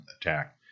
attack